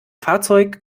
fahrzeug